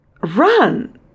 run